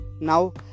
now